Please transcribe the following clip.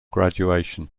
graduation